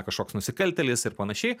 kažkoks nusikaltėlis ir panašiai